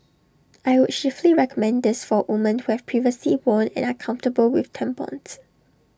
I would chiefly recommend this for women who have previously worn and are comfortable with tampons